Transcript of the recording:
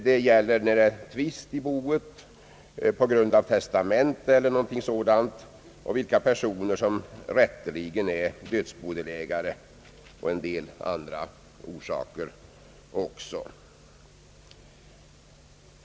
Det gäller när tvist råder på grund av testamente eller liknande om vilka personer som rätteligen är dödsbodelägare, och det kan även vara andra orsaker.